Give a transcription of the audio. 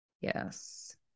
yes